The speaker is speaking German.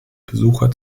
besucher